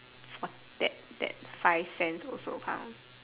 what that that five cents also count